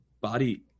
body